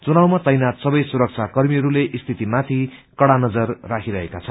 चुनावमा तैनाथ सबै सुरक्षा कर्मीहरूले स्थिति माथि कड़ा नजर राखिरहेका छन्